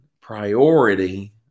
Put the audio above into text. priority